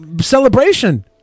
celebration